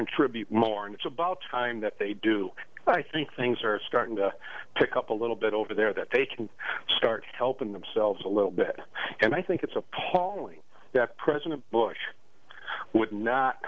contribute more and it's about time that they do i think things are starting to pick up a little bit over there that they can start helping themselves a little bit and i think it's appalling that president bush would not